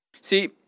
See